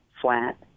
flat